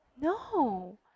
No